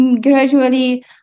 gradually